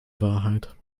wahrheit